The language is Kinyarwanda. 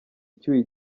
icyuye